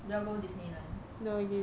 you all go disneyland